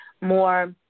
more